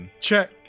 Check